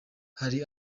hari